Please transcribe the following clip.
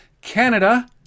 Canada